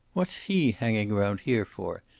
what's he hanging around here for?